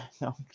no